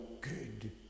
good